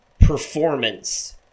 performance